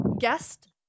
guest